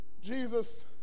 Jesus